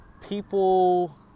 people